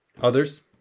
others